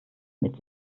mit